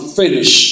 finish